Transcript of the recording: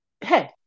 Hey